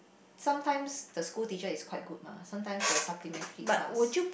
sometimes the school teacher is quite good ah sometimes there is supplementary class